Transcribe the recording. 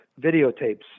videotapes